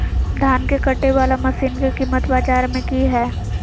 धान के कटे बाला मसीन के कीमत बाजार में की हाय?